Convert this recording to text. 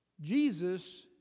Jesus